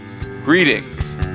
greetings